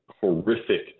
horrific